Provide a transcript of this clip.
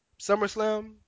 SummerSlam